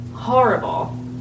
Horrible